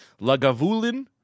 Lagavulin